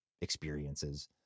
experiences